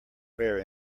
bear